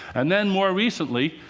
and then more recently,